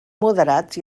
moderats